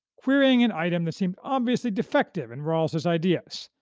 querying an item that seemed obviously defective in rawls's ideas,